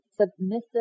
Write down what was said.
submissive